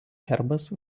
herbas